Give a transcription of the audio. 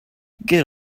get